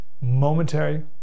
momentary